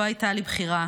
לא הייתה לי בחירה,